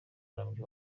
urambye